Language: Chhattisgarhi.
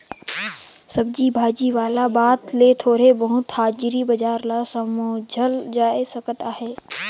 सब्जी भाजी वाला बात ले थोर बहुत हाजरी बजार ल समुझल जाए सकत अहे